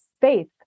faith